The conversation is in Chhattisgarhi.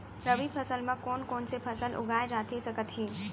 रबि फसल म कोन कोन से फसल उगाए जाथे सकत हे?